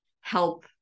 help